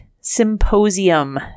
Symposium